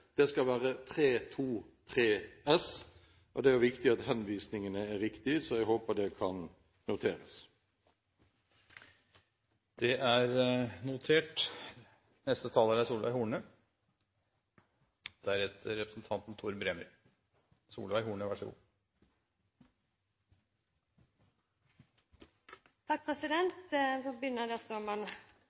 Det skal være 323 S. Det er viktig at henvisningene er riktige, så jeg håper det kan noteres. Det er notert. Jeg får begynne